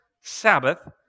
Sabbath